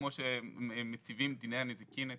כמו שמציבים דיני הנזיקין כתכליתם,